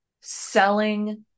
selling